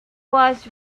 was